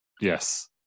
Yes